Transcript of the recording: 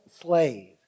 slave